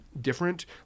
different